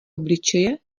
obličeje